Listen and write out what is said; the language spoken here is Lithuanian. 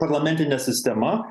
parlamentine sistema